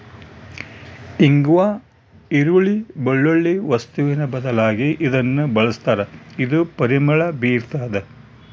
ಇಂಗ್ವಾ ಈರುಳ್ಳಿ, ಬೆಳ್ಳುಳ್ಳಿ ವಸ್ತುವಿನ ಬದಲಾಗಿ ಇದನ್ನ ಬಳಸ್ತಾರ ಇದು ಪರಿಮಳ ಬೀರ್ತಾದ